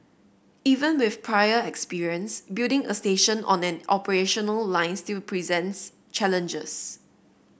even with prior experience building a station on an operational line still presents challenges